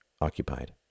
occupied